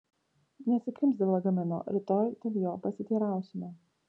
nesikrimsk dėl lagamino rytoj dėl jo pasiteirausime